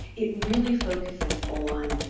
it really focuses on,